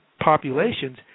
populations